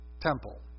temple